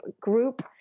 group